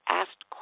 asked